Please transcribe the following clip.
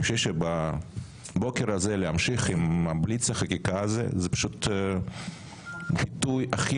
אני חושב שבבוקר הזה להמשיך עם בליץ החקיקה זה פשוט ביטוי הכי